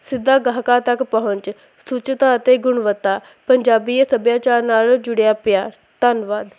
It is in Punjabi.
ਸਿੱਧਾ ਗਾਹਕਾਂ ਤੱਕ ਪਹੁੰਚ ਸੂਚਿਤ ਅਤੇ ਗੁਣਵੱਤਾ ਪੰਜਾਬੀ ਅ ਸੱਭਿਆਚਾਰ ਨਾਲ ਜੁੜਿਆ ਪਿਆਰ ਧੰਨਵਾਦ